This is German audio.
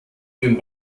den